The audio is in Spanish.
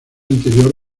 anterior